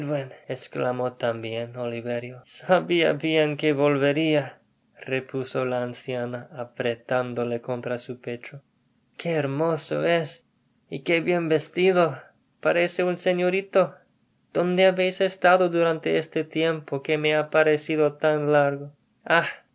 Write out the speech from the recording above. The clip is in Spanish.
esclamó tambien oliverio sabia bien que volveria repuso la anciana apretándole contra su pecho qué hermoso es y que bien vestido parece un señorito dónde habeis estado durante este tiempo que me ha parecido tan